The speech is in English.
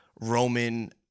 Roman